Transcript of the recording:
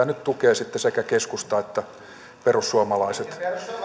nyt tukevat sitten sekä keskusta että perussuomalaiset